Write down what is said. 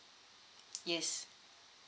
yes